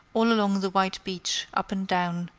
all along the white beach, up and down,